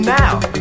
now